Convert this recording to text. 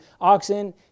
oxen